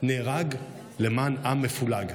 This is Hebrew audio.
נהרג למען עם מפולג,